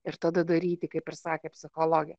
ir tada daryti kaip ir sakė psichologė